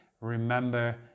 remember